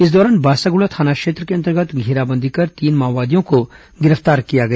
इस दौरान बासागुड़ा थाना क्षेत्र के अंतर्गत घेराबंदी कर तीन माओवादियों को गिरफ्तार किया गया